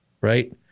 right